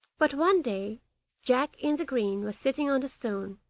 but one day jack-in-the-green was sitting on a stone,